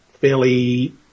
fairly